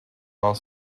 while